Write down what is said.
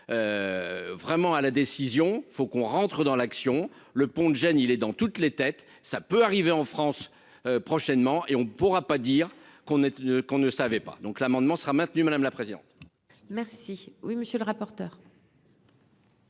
vraiment à la décision, faut qu'on rentre dans l'action, le pont de Gênes, il est dans toutes les têtes, ça peut arriver en France prochainement et on pourra pas dire qu'on est qu'on ne savait pas, donc l'amendement sera maintenu, madame la présidente. Merci oui, monsieur le rapporteur.